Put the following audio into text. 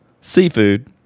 Seafood